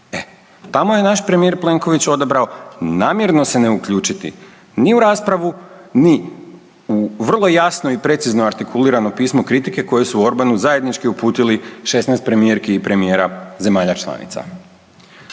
tamo je naš premijer Plenković odabra namjerno se ne uključiti ni u raspravu, ni u vrlo jasno i precizno artikulirano pismo kritike koje su Orbanu zajednički uputili 16 premijerki i premijera zemalja članica.